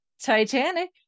Titanic